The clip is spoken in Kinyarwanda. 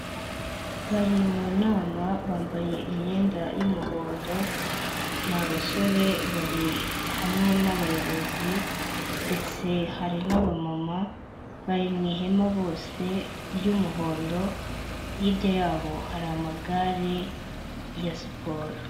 Bari mu nama bambaye imyenda y'umuhondo, ni abasore bari hamwe n'abayobozi ndetse hari naba mama bari mu ihema bose ry'umuhondo, hirya yabo hari amagare ya siporo.